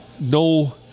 no